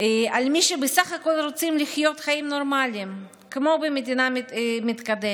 על מי שבסך הכול רוצים לחיות חיים נורמליים כמו במדינה מתקדמת.